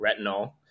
retinol